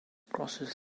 crosses